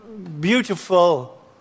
Beautiful